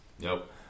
nope